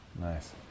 Nice